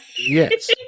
yes